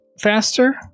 faster